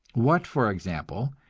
what, for example,